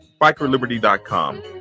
bikerliberty.com